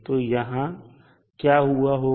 तो यहां क्या हुआ होगा